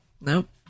Nope